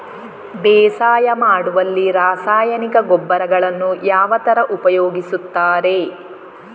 ಬೇಸಾಯ ಮಾಡುವಲ್ಲಿ ರಾಸಾಯನಿಕ ಗೊಬ್ಬರಗಳನ್ನು ಯಾವ ತರ ಉಪಯೋಗಿಸುತ್ತಾರೆ?